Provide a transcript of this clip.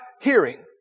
hearing